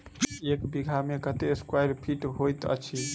एक बीघा मे कत्ते स्क्वायर फीट होइत अछि?